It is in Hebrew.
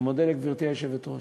ומודה לגברתי היושבת-ראש.